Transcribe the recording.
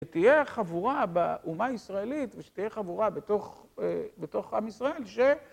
שתהיה חבורה באומה הישראלית ושתהיה חבורה בתוך עם ישראל ש...